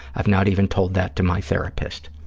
i've not even told that to my therapist.